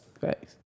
Thanks